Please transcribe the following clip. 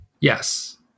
Yes